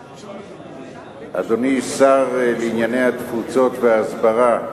אדוני השר לענייני התפוצות וההסברה,